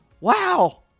wow